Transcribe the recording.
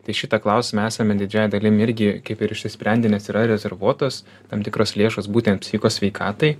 tai šitą klausimą esame didžiąja dalim irgi kaip ir išsisprendė nes yra rezervuotos tam tikros lėšos būtent psichikos sveikatai